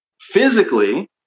Physically